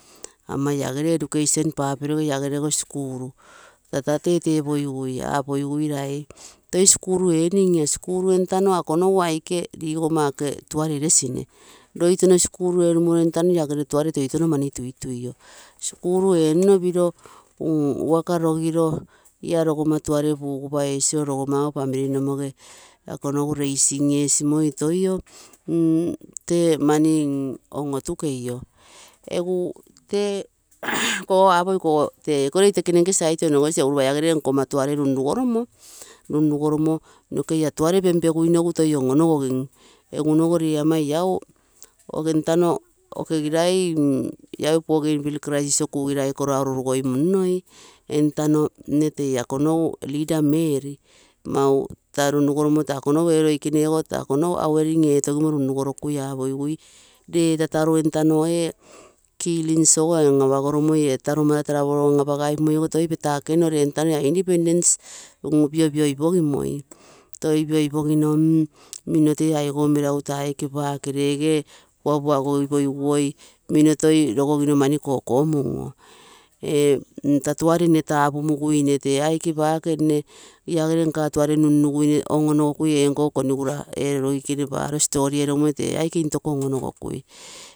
Ama lagere education papiroge lagere ogo skul tata tetepogigui apogigui lai toi skul eenim, ia skul entano ia nogu aike logomma taau lasine, loi touno skul eramoru etano lagere tuare toitouno mani tuitui skul. Skul enino piro ia roggomma tuare pugupa esimoi, ako nogu raising esimoi toi mani otukeio, egu tee apo ikogo taage re itamino nke side onogosi, egu nne nkomma gere tuare runrugoromo, noke ia tuare penpeguinogu toi on-onogigim egu onogo ree, ama lau, entano, lau bougainville crisis oo kugirai koro aurorugoimunno, entano nne tei ako nogu leader meri, tata, runrugoromo, loikenego ako nogu awaring etogimo runrugorokui apogigui, lee tataru entano mara ee killngs ogo ee tataru mara entano an apago ro moi petakogino ree independence ogo pinpiopoginioi minno tee aigou meraguro, reegee puapuagoipogiguoi minno toi rogogino mani kokomun, ee, nta tuare nne tapumuguine tee aike pake lagere nkaa tuare nunnuguine on-onogoku eenkogo konigura ee roike paaro komungo.